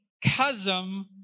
chasm